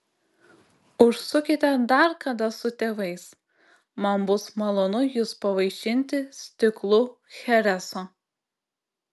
užsukite dar kada su tėvais man bus malonu jus pavaišinti stiklu chereso